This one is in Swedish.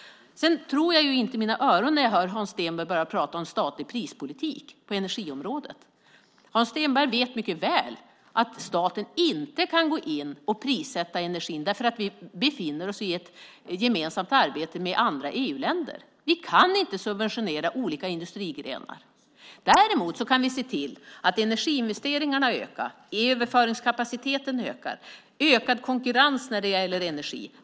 Sedan tror jag ju inte mina öron när jag hör Hans Stenberg börja prata om statlig prispolitik på energiområdet. Hans stenberg vet mycket väl att staten inte kan gå in och prissätta energin, för vi befinner oss i ett gemensamt arbete tillsammans med andra EU-länder. Vi kan inte subventionera olika industrigrenar. Däremot kan vi se till att energiinvesteringarna ökar, att överföringskapaciteten ökar och att vi får ökad konkurrens när det gäller energi.